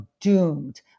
doomed